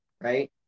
right